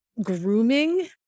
grooming